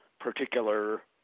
particular